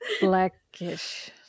blackish